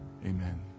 Amen